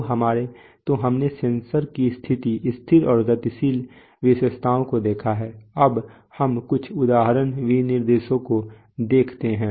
तो हमने सेंसर की स्थिर और गतिशील विशेषताओं को देखा है अब हम कुछ उदाहरण विनिर्देशों को देखते हैं